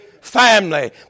family